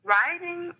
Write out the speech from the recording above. Writing